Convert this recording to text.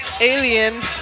Alien